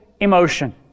emotion